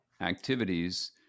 activities